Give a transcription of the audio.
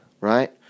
right